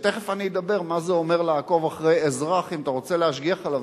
כשמייד אני אדבר מה זה אומר לעקוב אחרי אזרח אם אתה רוצה להשגיח עליו.